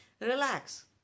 Relax